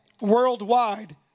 worldwide